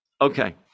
Okay